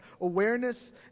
Awareness